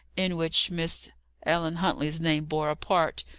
in which miss ellen huntley's name bore a part.